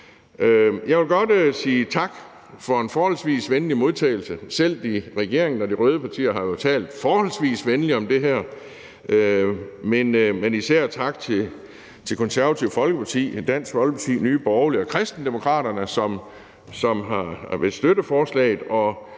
Jeg vil godt sige tak for en forholdsvis venlig modtagelse af forslaget. Selv regeringen og de røde partier har talt forholdsvis venligt om det. Men især tak til Det Konservative Folkeparti, Dansk Folkeparti, Nye Borgerlige og Kristendemokraterne, som vil støtte forslaget.